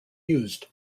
used